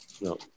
no